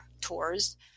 tours